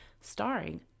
starring